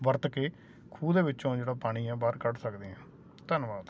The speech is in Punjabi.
ਵਰਤ ਕੇ ਖੂਹ ਦੇ ਵਿੱਚੋਂ ਜਿਹੜਾ ਪਾਣੀ ਆ ਬਾਹਰ ਕੱਢ ਸਕਦੇ ਹਾਂ ਧੰਨਵਾਦ